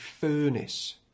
furnace